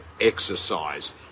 exercise